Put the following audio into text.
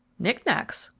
knick-knacks!